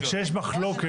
אבל כשיש מחלוקת,